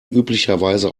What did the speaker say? üblicherweise